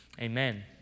amen